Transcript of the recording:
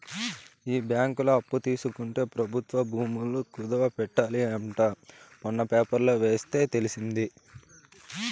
ఈ బ్యాంకులో అప్పు తీసుకుంటే ప్రభుత్వ భూములు కుదవ పెట్టాలి అంట మొన్న పేపర్లో ఎస్తే తెలిసింది